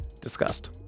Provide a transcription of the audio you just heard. discussed